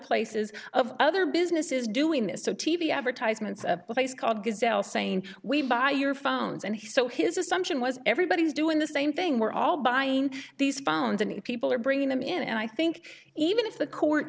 places of other businesses doing this so t v advertisements a place called gazelle saying we buy your phones and he so his assumption was everybody is doing the same thing we're all buying these phones and people are bringing them in and i think even if the court